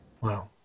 Wow